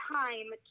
time